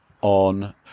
on